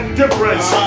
difference